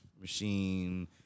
machine